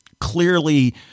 clearly